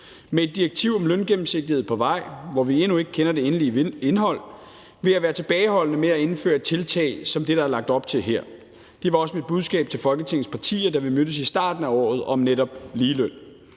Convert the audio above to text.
Med et direktiv om løngennemsigtighed på vej, hvor vi endnu ikke kender det endelige indhold, vil jeg være tilbageholdende med at indføre tiltag som det, der er lagt op til her. Det var også mit budskab til Folketingets partier, da vi mødtes i starten af året om netop ligeløn.